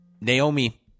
Naomi